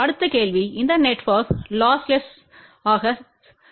அடுத்த கேள்விஇந்த நெட்ஒர்க் லொஸ்லெஸ்தா